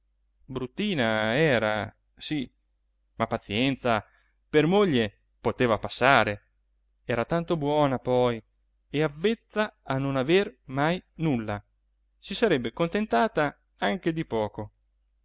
bruttina era sì ma pazienza per moglie poteva passare era tanto buona poi e avvezza a non aver mai nulla si sarebbe contentata anche di poco